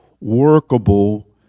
workable